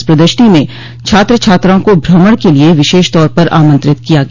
इस प्रदर्शनी में छात्र छात्राओं को भ्रमण के लिए विशेषतौर पर आमंत्रित किया गया